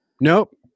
Nope